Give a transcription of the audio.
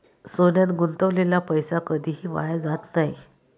सोन्यात गुंतवलेला पैसा कधीही वाया जात नाही